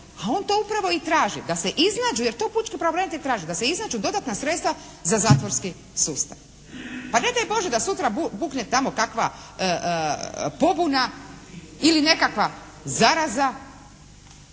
a on to upravo i traži. Da se iznađu, jer to pučki pravobranitelj traži. Da se iznađu dodatna sredstva za zatvorski sustav. Pa ne daj Bože da sutra bukne tamo kakva pobuna ili nekakva zaraza,